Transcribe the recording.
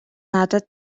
надад